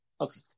Okay